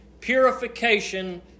purification